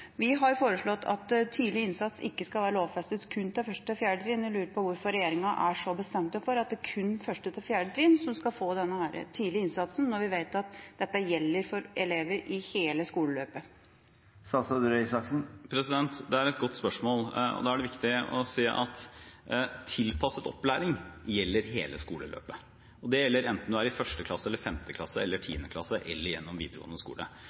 Vi har foreslått at tidlig innsats ikke skal være lovfestet kun for 1.–4. trinn. Jeg lurer på hvorfor regjeringa er så bestemt på at det kun er 1.–4. trinn som skal få denne tidlige innsatsen, når vi vet at dette gjelder for elever i hele skoleløpet. Det er et godt spørsmål. Da er det viktig å si at tilpasset opplæring gjelder hele skoleløpet. Det gjelder enten man er i 1. klasse, 5. klasse eller 10. klasse eller gjennom videregående skole.